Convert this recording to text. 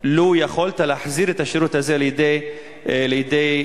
לו יכולת להחזיר את השירות הזה לידי המשרד,